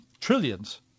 trillions